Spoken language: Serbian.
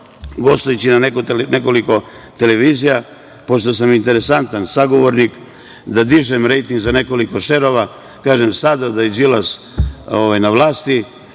itd. Gostujući na nekoliko televizija, pošto sam interesantan sagovornik, dižem rejting za nekoliko šerova, rekao sam – sada da je Đilas na vlasti,